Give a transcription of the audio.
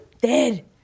Dead